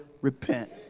repent